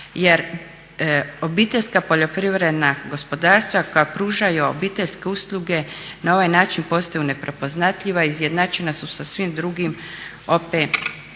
seljačko domaćinstvo ili gospodarstvo jer OPG-i koja pružaju obiteljske usluge na ovaj način postaju neprepoznatljiva a izjednačena su sa svim drugim